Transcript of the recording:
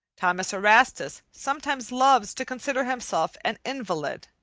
thomas erastus sometimes loves to consider himself an invalid.